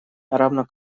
равно